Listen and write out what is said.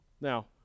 Now